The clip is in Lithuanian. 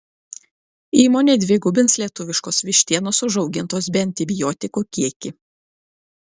įmonė dvigubins lietuviškos vištienos užaugintos be antibiotikų kiekį